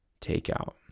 Takeout